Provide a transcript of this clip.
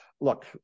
Look